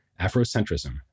Afrocentrism